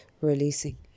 releasing